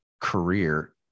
career